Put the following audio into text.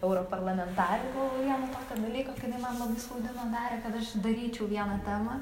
europarlamentare dėl vieno tokio dalyko kad ji man labai spaudimą darė kad aš daryčiau vieną temą